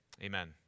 amen